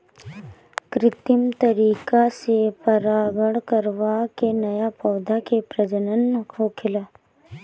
कित्रिम तरीका से परागण करवा के नया पौधा के प्रजनन होखेला